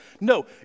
No